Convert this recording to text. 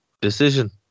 decision